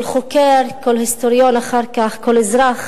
כל חוקר, כל היסטוריון אחר כך, כל אזרח